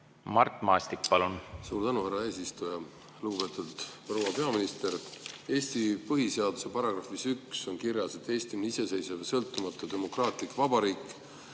Mart Maastik, palun!